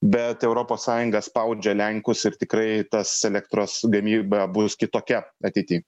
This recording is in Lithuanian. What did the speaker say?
bet europos sąjunga spaudžia lenkus ir tikrai tas elektros gamyba bus kitokia ateity